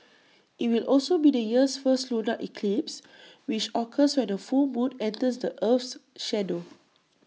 IT will also be the year's first lunar eclipse which occurs when A full moon enters the Earth's shadow